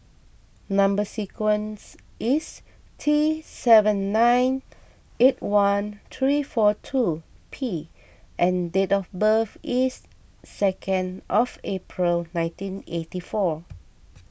Number Sequence is T seven nine eight one three four two P and date of birth is second of April nineteen eighty four